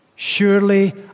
Surely